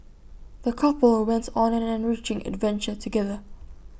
the couple went on an enriching adventure together